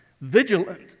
vigilant